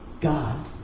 God